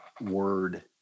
word